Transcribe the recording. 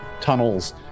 tunnels